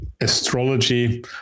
astrology